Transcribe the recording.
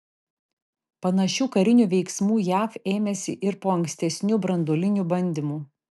panašių karinių veiksmų jav ėmėsi ir po ankstesnių branduolinių bandymų